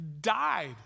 died